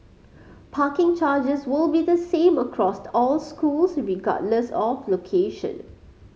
parking charges will be the same across all schools regardless of location